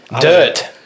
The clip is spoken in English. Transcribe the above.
Dirt